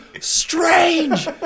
strange